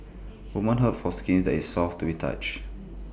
women hope for skin that is soft to the touch